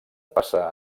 passà